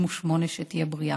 שתהיה בריאה,